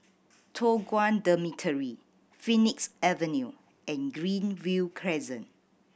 Toh Guan Dormitory Phoenix Avenue and Greenview Crescent